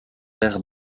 aires